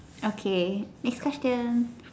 okay next question